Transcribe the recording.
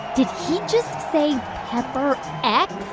did he just say pepper x?